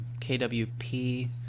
KWP